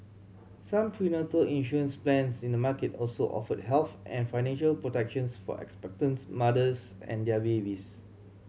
some prenatal insurance plans in the market also offer health and financial protections for expectants mothers and their babies